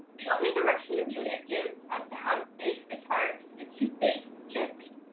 the only direction amelia gives as to how to bake the tart is to bake gently.